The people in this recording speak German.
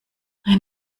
ein